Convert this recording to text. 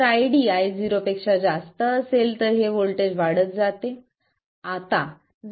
जर ID Ioअसेल तर हे व्होल्टेज वाढत जाते